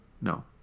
No